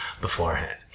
beforehand